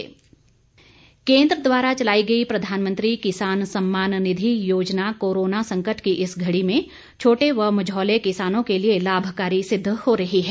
गरीब कल्याण योजना केंद्र द्वारा चलाई गई प्रधानमंत्री किसान सम्मान निधि योजना कोरोना संकट की इस घड़ी में छोटे व मझोले किसानों के लिए लाभकारी सिद्ध हो रही हैं